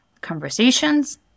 conversations